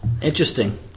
Interesting